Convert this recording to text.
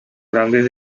grandes